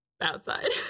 outside